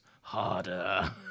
harder